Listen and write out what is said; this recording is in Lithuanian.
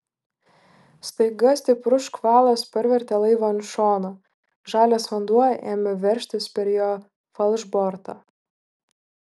staiga stiprus škvalas parvertė laivą ant šono žalias vanduo ėmė veržtis per jo falšbortą